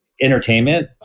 entertainment